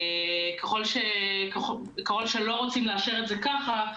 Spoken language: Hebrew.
ככל שלא רוצים לאשר את זה כך,